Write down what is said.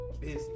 busy